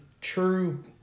true